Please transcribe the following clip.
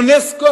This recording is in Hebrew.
אונסק"ו,